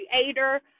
creator